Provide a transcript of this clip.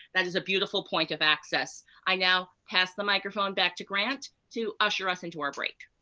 that is a beautiful point of access. i now pass the microphone back to grant to usher us into our break.